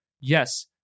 Yes